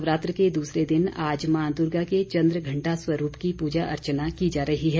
नवरात्र के दूसरे दिन आज मां दुर्गा के चंद्र घंटा स्वरूप की पूजा अर्चना की जा रही है